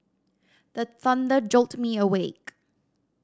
the thunder jolt me awake